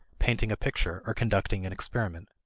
painting a picture, or conducting an experiment.